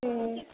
ಹ್ಞೂ